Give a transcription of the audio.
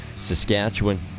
Saskatchewan